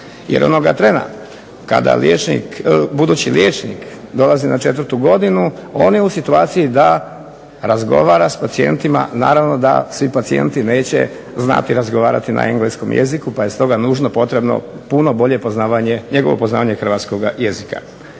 Jer onoga trena kada liječnik, budući liječnik dolazi na četvrtu godinu, on je u situaciji da razgovara sa pacijentima, naravno da svi pacijenti neće znati razgovarati na engleskom jeziku, pa je stoga nužno potrebno puno bolje poznavanje, njegovo poznavanje hrvatskoga jezika.